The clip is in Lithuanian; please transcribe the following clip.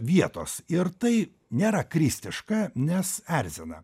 vietos ir tai nėra kristiška nes erzina